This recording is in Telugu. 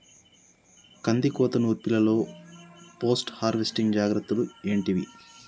కందికోత నుర్పిల్లలో పోస్ట్ హార్వెస్టింగ్ జాగ్రత్తలు ఏంటివి?